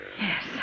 Yes